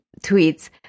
tweets